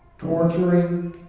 torturing,